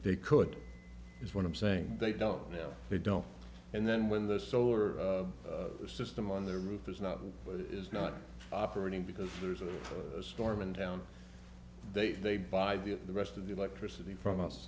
they could use one i'm saying they don't know they don't and then when the solar system on the roof is not is not operating because there's a storm in town they they buy the rest of the electricity from us